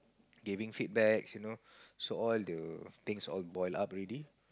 giving feedbacks you know so all the things all boil up already